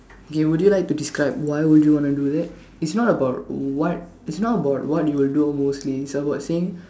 okay would you like to describe why would you want to do that it's not about what it's not about what you would do on most days it's about saying